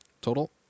Total